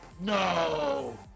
No